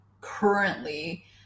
currently